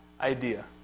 idea